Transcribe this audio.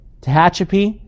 Tehachapi